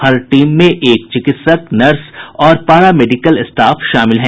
हर team में एक चिकित्सक नर्स और पारा मेडिकल स्टाफ शामिल हैं